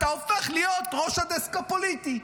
אתה הופך להיות ראש הדסק הפוליטי.